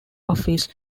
office